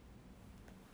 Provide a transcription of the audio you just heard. serious leh